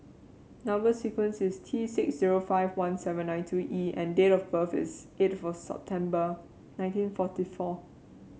number sequence is T six zero five one seven nine two E and date of birth is eighth September nineteen forty four